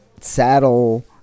saddle